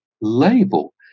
label